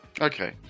Okay